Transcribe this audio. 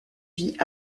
vit